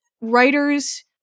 writers